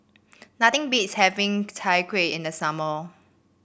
nothing beats having Chai Kuih in the summer